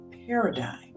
paradigm